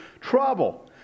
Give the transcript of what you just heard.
trouble